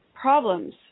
problems